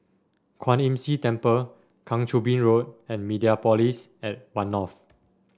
Kwan Imm See Temple Kang Choo Bin Road and Mediapolis at One North